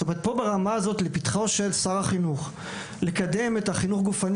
זאת אומרת ברמה הזאת זה לפתחו של שר החינוך לקדם את החינוך הגופני